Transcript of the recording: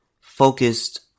focused